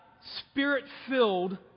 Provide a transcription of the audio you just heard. spirit-filled